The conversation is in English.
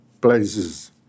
places